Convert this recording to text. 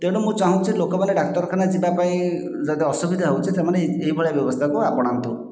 ତେଣୁ ମୁଁ ଚାହୁଁଛି ଲୋକମାନେ ଡାକ୍ତରଖାନା ଯିବା ପାଇଁ ଯଦି ଅସୁବିଧା ହେଉଛି ସେମାନେ ଏହିଭଳିଆ ବ୍ୟବସ୍ଥାକୁ ଆପଣାନ୍ତୁ